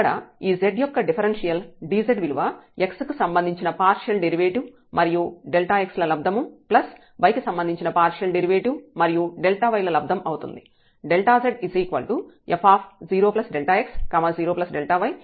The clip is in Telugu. ఇక్కడ ఈ z యొక్క డిఫరెన్షియల్ dz విలువ x కి సంబంధించిన పార్షియల్ డెరివేటివ్ మరియు x ల లబ్దం ప్లస్ y కి సంబంధించిన పార్షియల్ డెరివేటివ్ మరియుy ల లబ్దం అవుతుంది